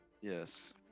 Yes